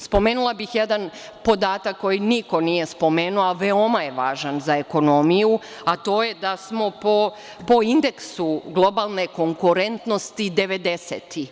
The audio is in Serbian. Spomenula bih jedan podatak koji niko nije spomenuo, a veoma je važan za ekonomiju, a to je da smo po indeksu globalne konkurentnosti devedeseti.